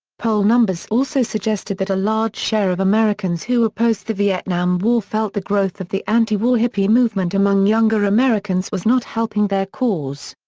poll numbers also suggested that a large share of americans who opposed the vietnam war felt the growth of the anti-war hippie movement among younger americans was not helping their cause.